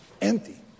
empty